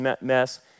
mess